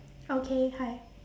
okay hi